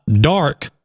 dark